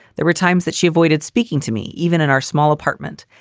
there were times that she avoided speaking to me even in our small apartment,